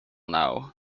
know